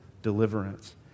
deliverance